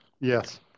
Yes